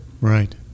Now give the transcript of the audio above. Right